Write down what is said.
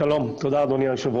התקנות